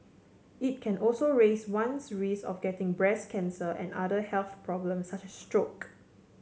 it can also raise one's risk of getting breast cancer and other health problems such as stroke